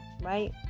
right